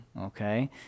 okay